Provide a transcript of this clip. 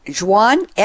Juan